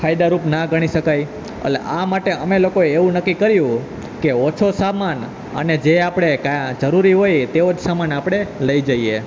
ફાયદારૂપ ન ગણી શકાય એટલે આ માટે અમે લોકોએ એવું નક્કી કર્યુ કે ઓછો સામાન અને જે આપણે જરૂરી હોય તેવો જ સામાન આપણે લઈ જઈએ